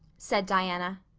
said diana.